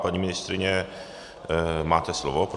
Paní ministryně, máte slovo.